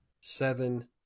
seven